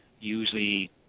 usually